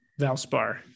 Valspar